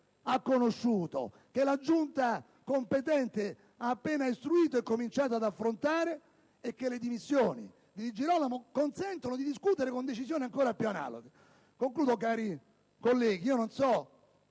ha conosciuto, che la Giunta competente ha appena istruito e cominciato ad affrontare e che le dimissioni di Di Girolamo consentono di discutere con decisioni ancora più appropriate. Concludo, cari colleghi, dicendo